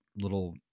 little